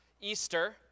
Easter